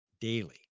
daily